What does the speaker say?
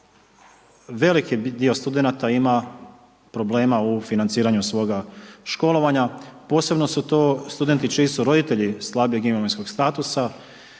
veliki dio studenata ima problema u financiranju svoga školovanja, posebno su to studenti, čiji su roditelji slabog imovinskog statusa.